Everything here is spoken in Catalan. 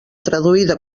traduïda